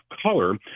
color